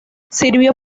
sirvió